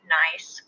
nice